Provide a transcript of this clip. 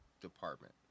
department